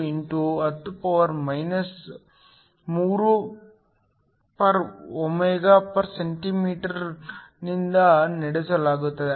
42 x 10 3 ω 1 cm 1 ನಿಂದ ನಡೆಸಲಾಗುತ್ತದೆ